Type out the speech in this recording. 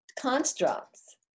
constructs